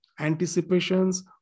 anticipations